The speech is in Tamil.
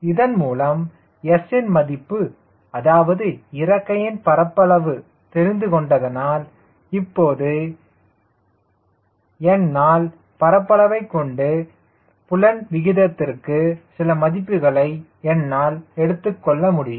இதன்மூலம் S ன் மதிப்பு அதாவது இறக்கையின் பரப்பளவு தெரிந்து கொண்டதனால் இப்போது என்னால் பரப்பளவைக் கொண்டு புலன் விகிதத்திற்கு சில மதிப்புகளை என்னால் எடுத்துக்கொள்ள முடியும்